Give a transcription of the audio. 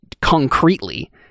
concretely